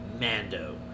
Mando